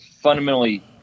fundamentally